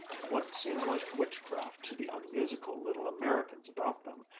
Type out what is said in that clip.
what seemed like witchcraft to the unmusical little americans about them,